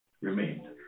remained